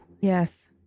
Yes